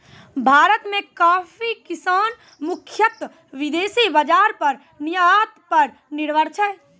भारत मॅ कॉफी किसान मुख्यतः विदेशी बाजार पर निर्यात पर निर्भर छै